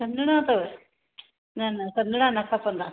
सन्हणा अथव न न सन्हणा न खपंदा